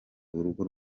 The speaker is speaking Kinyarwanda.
urugo